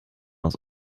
aus